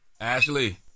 Ashley